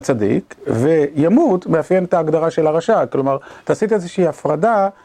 צדיק, וימות מאפיין את ההגדרה של הרשע, כלומר, אתה עשית איזושהי הפרדה.